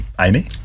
Amy